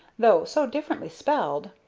though so differently spelled.